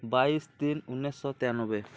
ବାଇଶ ତିନି ଉଣେଇଶହ ତେୟାନବେ